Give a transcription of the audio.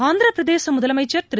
ஆந்திரப்பிரதேச முதலமைச்சர் திரு